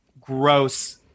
gross